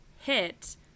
hit